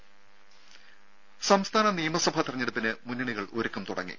ദേദ സംസ്ഥാന നിയമസഭാ തെരഞ്ഞെടുപ്പിന് മുന്നണികൾ ഒരുക്കം തുടങ്ങി